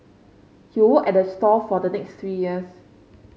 he work at the store for the next three years